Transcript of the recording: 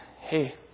hey